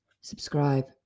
subscribe